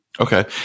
Okay